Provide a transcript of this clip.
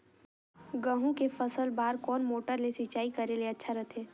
गहूं के फसल बार कोन मोटर ले सिंचाई करे ले अच्छा रथे?